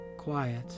quiet